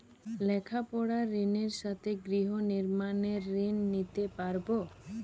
লেখাপড়ার ঋণের সাথে গৃহ নির্মাণের ঋণ নিতে পারব?